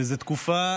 זו תקופה